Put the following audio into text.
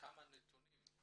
כמה נתונים.